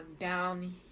down